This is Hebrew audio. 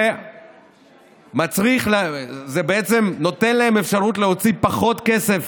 זה בעצם נותן להם אפשרות להוציא פחות כסף